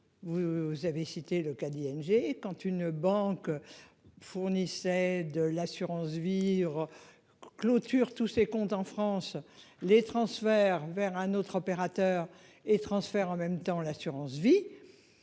vous avez cité le cas d'ING quand une banque. Fournissait de l'assurance vie. Clôture tous ses comptes en France les transferts vers un autre opérateur, es transfert en même temps l'assurance vie.